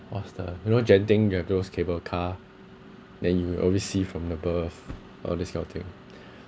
what's the you know genting you have those cable car then you will always see from above all this kind of thing